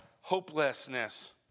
hopelessness